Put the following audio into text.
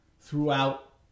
throughout